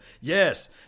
Yes